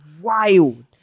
wild